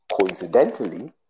coincidentally